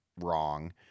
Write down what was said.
wrong